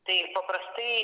tai paprastai